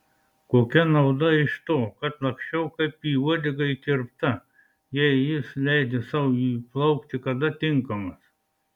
kokia nauda iš to kad laksčiau kaip į uodegą įkirpta jei jis leidžia sau įplaukti kada tinkamas